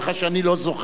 הוא אמר,